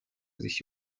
sich